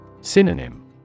Synonym